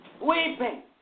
Weeping